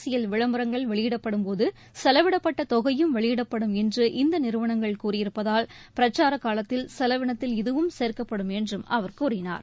அரசியல் விளம்பரங்கள் வெளியிடப்படும்போது செலவிடப்பட்ட தொகையும் வெளியிடப்படும் என்று இந்த நிறுவனங்கள் கூறியிருப்பதால் பிரச்சார காலத்தில் செலவினத்தில் இதுவும் சேர்க்கப்படும் என்றும் அவர் கூறினார்